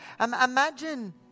Imagine